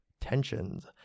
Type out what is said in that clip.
Tensions